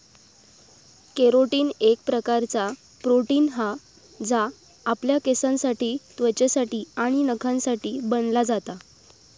carotene एक प्रकारचा protein हा जा आपल्या केसांसाठी त्वचेसाठी आणि नखांसाठी बनला जाता